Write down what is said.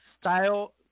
style